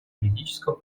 политическом